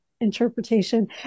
interpretation